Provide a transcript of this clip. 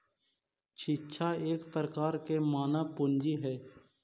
शिक्षा एक प्रकार के मानव पूंजी हइ